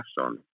on